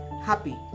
happy